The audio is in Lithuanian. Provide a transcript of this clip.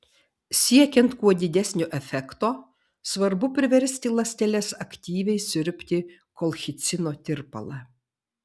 siekiant kuo didesnio efekto svarbu priversti ląsteles aktyviai siurbti kolchicino tirpalą